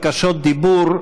יש בקשות דיבור,